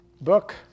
book